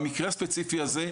במקרה הספציפי הזה,